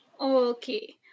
Okay